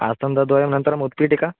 आसन्दद्वयम् अन्तरम् उत्पीठिका